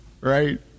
right